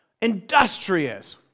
industrious